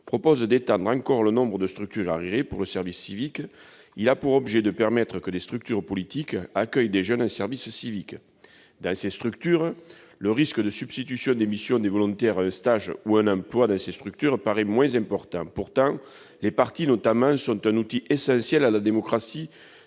vise à étendre encore le nombre de structures agréées pour le service civique. Il a pour objet de permettre que des structures politiques accueillent des jeunes en service civique. Dans ces structures, le risque de substitution des missions des volontaires à un stage ou un emploi paraît moins important. Pourtant, les partis, notamment, sont un outil essentiel de la démocratie